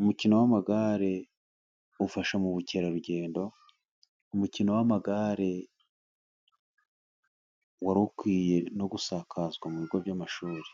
Umukino w'amagare ufasha mu bukerarugendo, umukino w'amagare wari ukwiye no gusakazwa mu bigo by'amashuri.